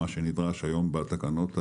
מה שנדרש היום בתקנות האלה,